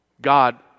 God